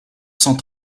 cent